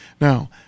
Now